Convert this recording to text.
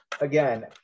again